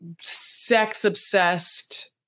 sex-obsessed